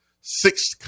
six